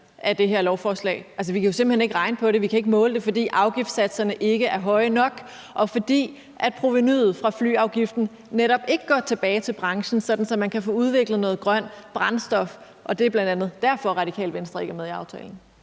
af det her lovforslag? Vi kan jo simpelt hen ikke regne på det, vi kan ikke måle det, fordi afgiftssatserne ikke er høje nok, og fordi provenuet fra flyafgiften netop ikke går tilbage til branchen, sådan at man kan få udviklet noget grønt brændstof. Og det er bl.a. derfor, Radikale Venstre ikke er med i aftalen.